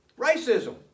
Racism